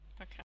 Okay